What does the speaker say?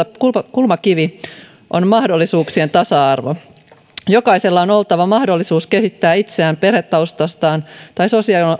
kulmakivi on mahdollisuuksien tasa arvo jokaisella on oltava mahdollisuus kehittää itseään perhetaustastaan ja